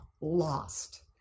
lost